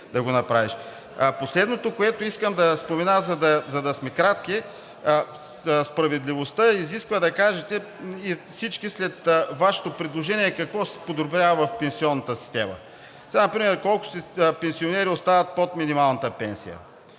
Последното, което искам да спомена, за да сме кратки, справедливостта изисква да кажете всички след Вашето предложение какво се подобрява в пенсионната система? Например колко пенсионери остават под минималната пенсия?